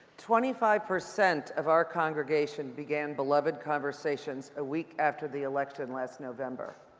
twenty five percent of our congregation began beloved conversations a week after the election last november